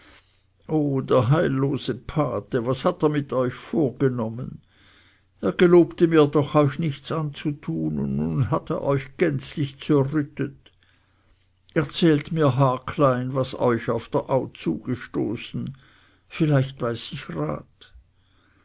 der heillose pate was hat er mit euch vorgenommen er gelobte mir doch euch nichts anzutun und nun hat er euch gänzlich zerrüttet erzählt mir haarklein was euch auf der au zugestoßen vielleicht weiß ich rat